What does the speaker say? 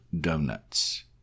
Donuts